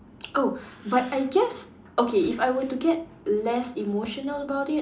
oh but I guess okay if I were to get less emotional about it